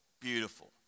beautiful